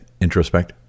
Introspect